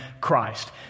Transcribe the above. Christ